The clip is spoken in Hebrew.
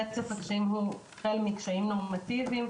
רצף הקשיים הוא החל מקשיים נורמטיביים,